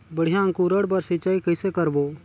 बढ़िया अंकुरण बर सिंचाई कइसे करबो?